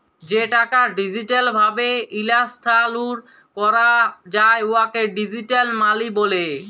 যে টাকা ডিজিটাল ভাবে ইস্থালাল্তর ক্যরা যায় উয়াকে ডিজিটাল মালি ব্যলে